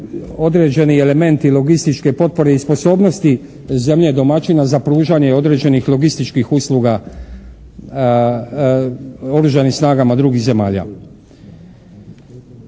određeni elementi logističke potpore i sposobnosti zemlje domaćina za pružanje određenih logističkih usluga oružanim snagama drugih zemalja.